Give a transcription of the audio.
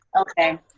Okay